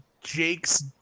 Jake's